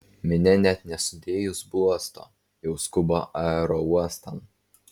minia net nesudėjus bluosto jau skuba aerouostan